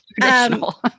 Traditional